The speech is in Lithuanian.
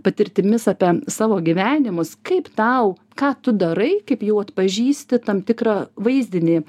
patirtimis apie savo gyvenimus kaip tau ką tu darai kaip jau atpažįsti tam tikrą vaizdinį